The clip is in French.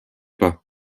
pas